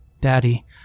Daddy